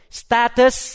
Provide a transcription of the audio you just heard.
status